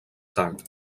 tard